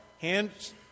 hands